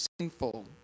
sinful